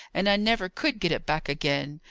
and i never could get it back again.